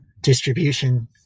distribution